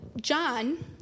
John